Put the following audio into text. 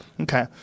okay